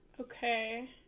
Okay